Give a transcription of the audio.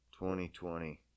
2020